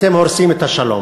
אתם הורסים את השלום.